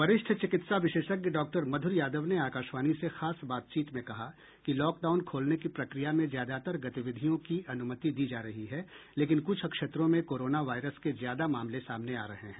वरिष्ठ चिकित्सा विशेषज्ञ डॉक्टर मधूर यादव ने आकाशवाणी से खास बातचीत में कहा कि लॉकडाउन खोलने की प्रक्रिया में ज्यादातर गतिविधियों की अनुमति दी जा रही है लेकिन कुछ क्षेत्रों में कोरोना वायरस के ज्यादा मामले सामने आ रहे हैं